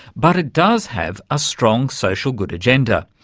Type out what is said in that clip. but it does have a strong social good agenda.